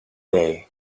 day